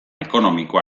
ekonomikoa